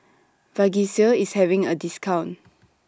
Vagisil IS having A discount